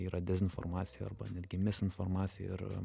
yra dezinformacija arba netgi mis informacija ir